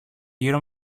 γύρω